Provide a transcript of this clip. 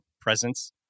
presence